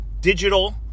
digital